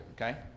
okay